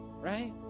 right